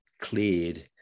cleared